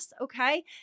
Okay